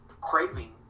craving